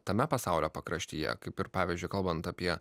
tame pasaulio pakraštyje kaip ir pavyzdžiui kalbant apie